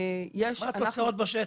מה התוצאות בשטח?